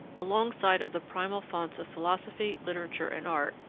alongside of the primal founts of philosophy, literature, and art,